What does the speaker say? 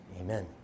amen